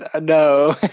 No